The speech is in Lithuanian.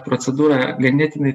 procedūra ganėtinai